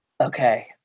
Okay